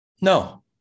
No